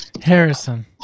Harrison